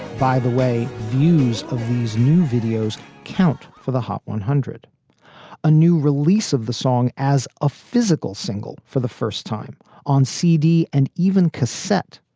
by the way, views of these new videos count for the hot one hundred point a new release of the song as a physical single for the first time on c d and even cassette.